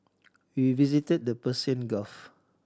we visited the Persian Gulf